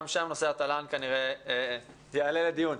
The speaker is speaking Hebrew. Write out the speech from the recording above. גם שם נושא התל"ן כנראה יעלה לדיון.